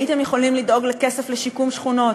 הייתם יכולים לדאוג לכסף לשיקום שכונות.